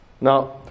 Now